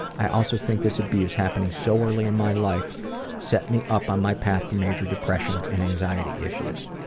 i also think this abuse happening so early in my life set me up on my path to major depression and anxiety issues.